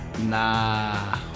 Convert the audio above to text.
Nah